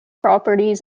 properties